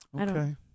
Okay